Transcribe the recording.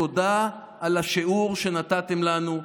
תודה על השיעור שנתתם לנו,